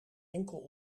enkel